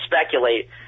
speculate